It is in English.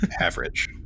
average